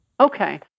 Okay